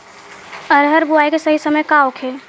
अरहर बुआई के सही समय का होखे?